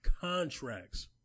Contracts